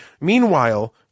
Meanwhile